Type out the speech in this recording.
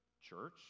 church